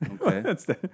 Okay